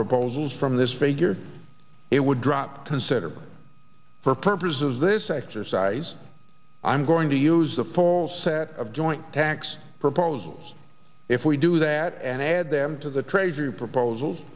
proposals from this figure it would drop consider for purposes of this exercise i'm going to use the full set of joint tax proposals if we do that and add them to the treasury proposal